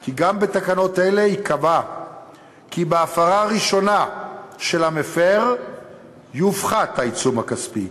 כי גם בתקנות אלה ייקבע כי בהפרה ראשונה של המפר יופחת העיצום הכספי.